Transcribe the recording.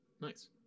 Nice